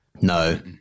No